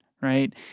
right